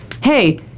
hey